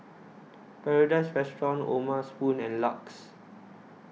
Paradise Restaurant O'ma Spoon and LUX